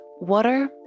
water